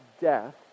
death